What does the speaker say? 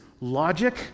Logic